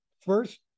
first